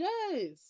Yes